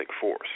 force